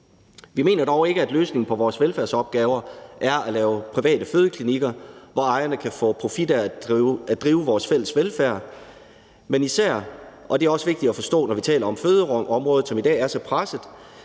Vi mener dog ikke, at løsningen på vores velfærdsopgaver er at lave private fødeklinikker, hvor ejerne kan få profit af at drive vores fælles velfærd, men især – og det er også vigtigt at forstå, når vi taler om fødselsområdet, som i dag er så presset